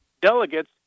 delegates